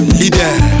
leader